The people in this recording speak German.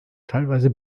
teilweise